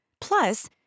Plus